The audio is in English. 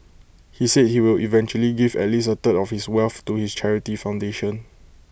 he said he will eventually give at least A third of his wealth to his charity foundation